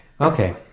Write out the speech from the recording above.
Okay